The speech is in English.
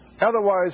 Otherwise